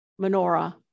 menorah